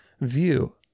view